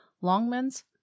Longmans